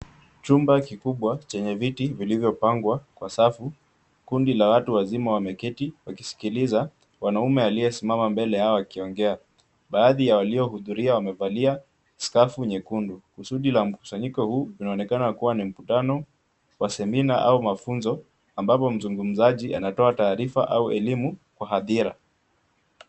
Chumba kikubwa chenye viti vilivyopangwa kwa safu. Kundi la watu wazima wameketi wakisikiliza mwanaume aliyesimama mbele yao akiongea. Baadhi ya waliohudhuria wamevalia skafu nyekundu. Kusudi la mkusanyiko huu inaonekana kuwa ni mkutano wa semina au mafunzo ambapo mzungumzaji anatoa taarifa au elimu kwa hadhira.